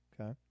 Okay